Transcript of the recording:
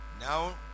Now